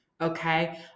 okay